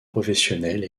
professionnelle